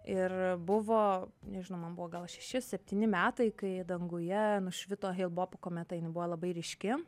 ir buvo nežinau man buvo gal šeši septyni metai kai danguje nušvito hale boppo kometa jinai buvo labai ryški